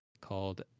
called